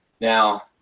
Now